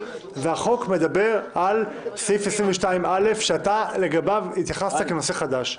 והחוק מדבר על סעיף 22א' שאתה לגביו התייחסת כנושא חדש.